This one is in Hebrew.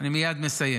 אני מייד מסיים,